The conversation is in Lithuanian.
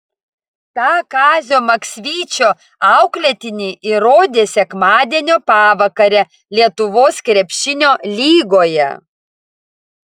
tą kazio maksvyčio auklėtiniai įrodė sekmadienio pavakarę lietuvos krepšinio lygoje